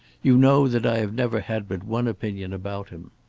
you know that i have never had but one opinion about him.